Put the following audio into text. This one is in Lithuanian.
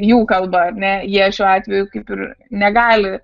jų kalba ar ne jie šiuo atveju kaip ir negali